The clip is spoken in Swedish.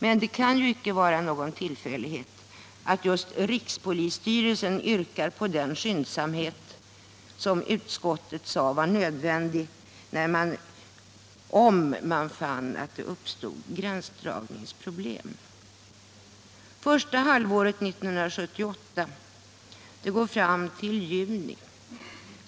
Men det kan icke vara någon tillfällighet att just rikspolisstyrelsen yrkar på den skyndsamhet som utskottet sade var nödvändig, om man fann att det uppstod gränsdragningsproblem. Första halvåret 1978 sträcker sig ju fram till utgången av juni.